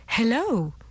hello